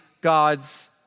God's